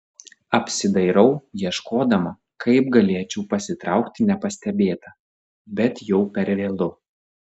apsidairau ieškodama kaip galėčiau pasitraukti nepastebėta bet jau per vėlu